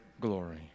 glory